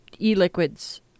e-liquids